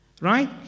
Right